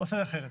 קביעת